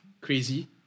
crazy